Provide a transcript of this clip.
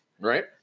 Right